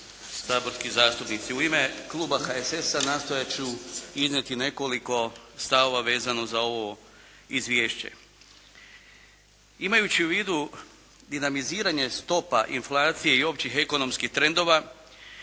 saborski zastupnici. U ime kluba HSS-a nastojat ću iznijeti nekoliko stavova za ovo izvješće. Imajući u vidu dinamiziranje stopa inflacije i općih ekonomskih trendova,